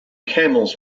camels